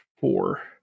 four